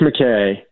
McKay